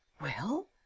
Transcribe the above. Well